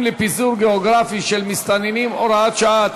לפיזור גיאוגרפי של מסתננים (הוראת שעה),